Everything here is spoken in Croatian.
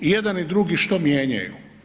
I jedan i drugi što mijenjaju?